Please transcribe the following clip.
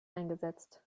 eingesetzt